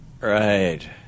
Right